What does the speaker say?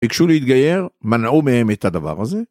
ביקשו מהם להתגייר, מנעו מהם את הדבר הזה.